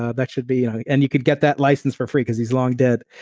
ah that should be and you can get that license for free because he's long dead.